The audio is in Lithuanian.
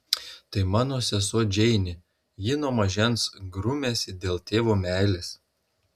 tai mano sesuo džeinė ji nuo mažens grumiasi dėl tėvo meilės